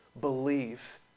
Believe